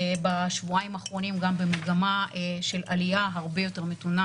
בשבועיים האחרונים גם במגמה של עליה הרבה יותר מתונה,